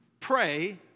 Pray